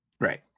Right